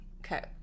okay